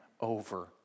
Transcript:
over